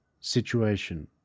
situation